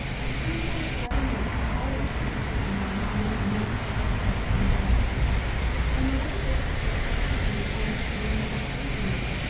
a spoonful of bread and milk had always to be taken by mama or nurse before carol could enjoy her supper and whatever bit of cake or sweetmeat found its way into her pretty fingers,